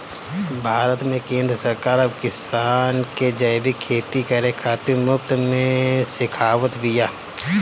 भारत में केंद्र सरकार अब किसान के जैविक खेती करे खातिर मुफ्त में सिखावत बिया